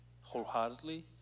wholeheartedly